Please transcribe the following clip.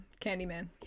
Candyman